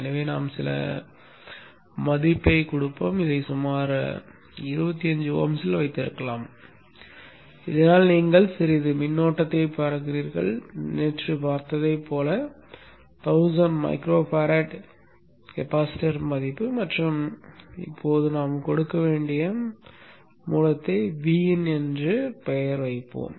எனவே நாம் சில மதிப்பைக் கொடுப்போம் இதை சுமார் 25 ஓம்ஸில் வைத்திருக்கலாம் இதனால் நீங்கள் சிறிது மின்னோட்டத்தைப் பார்க்கிறீர்கள் நேற்று பார்த்ததைப் போல 1000 மைக்ரோ ஃபாரட் கெபாசிட்டர் மதிப்பு மற்றும் இப்போது நாம் கொடுக்க வேண்டிய மூலத்தை Vin என்று பெயர் வைப்போம்